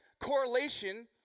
correlation